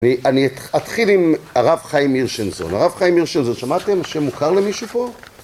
אני אתחיל עם הרב חיים הירשנזון, הרב חיים הירשנזון שמעתם שמוכר למישהו פה?